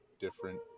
different